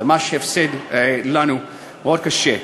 זה ממש הפסד מאוד קשה לנו.